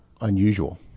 unusual